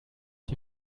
die